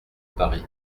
paris